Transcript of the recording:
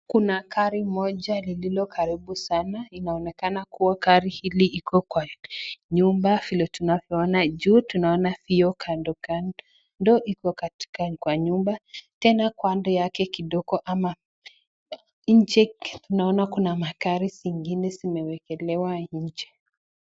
Kuna gari moja lililo karibu sana inaonekana gari iko karibu na nyumba vile tunaona Kuna vyoo kando kando hiko katika kwa nyumba tena upande yake kidogo ama nje naona Kuna magari zingine zimewekelewa nje.